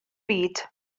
byd